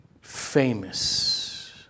famous